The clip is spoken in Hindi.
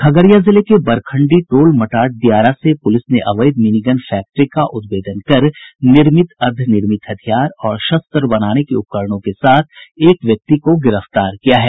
खगड़िया जिले के बड़खंडी टोल मटार दियारा में पुलिस ने अवैध मिनीगन फैक्ट्री का उद्भेदन कर निर्मित अर्द्वनिर्मित हथियार और शस्त्र बनाने के उपकरणों के साथ एक व्यक्ति को गिरफ्तार किया है